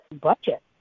budget